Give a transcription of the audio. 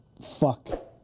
fuck